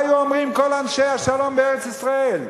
מה היו אומרים כל אנשי השלום בארץ ישראל?